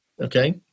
Okay